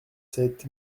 sept